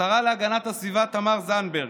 השרה להגנת הסביבה תמר זנדברג: